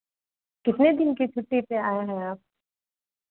कितने दिन की छुट्टी पर आए हैं आप